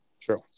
true